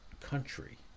country